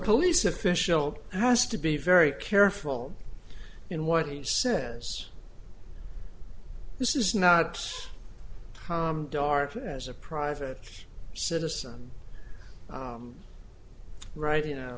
police official has to be very careful in what he says this is not dark as a private citizen writing a